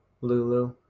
Lulu